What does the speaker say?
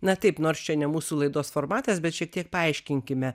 na taip nors čia ne mūsų laidos formatas bet šiek tiek paaiškinkime